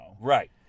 Right